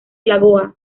lagoa